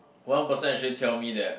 one person actually tell me that